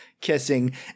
kissing